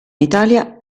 italia